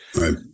right